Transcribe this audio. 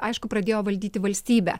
aišku pradėjo valdyti valstybę